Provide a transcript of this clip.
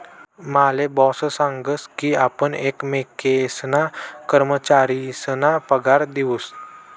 माले बॉस सांगस की आपण एकमेकेसना कर्मचारीसना पगार दिऊत